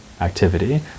Activity